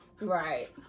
Right